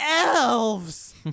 elves